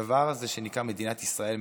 הדבר הזה שנקרא מדינת ישראל,